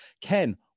Ken